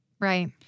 Right